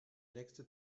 nächste